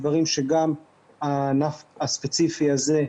דברים שגם הענף הספציפי הזה,